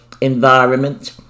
environment